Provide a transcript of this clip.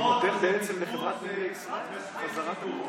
וזה בזבוז כספי ציבור.